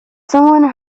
someone